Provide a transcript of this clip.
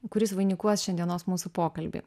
kuris vainikuos šiandienos mūsų pokalbį